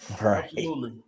Right